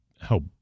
help